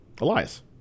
Elias